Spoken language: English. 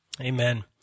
Amen